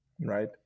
right